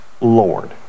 Lord